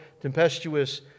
tempestuous